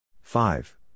five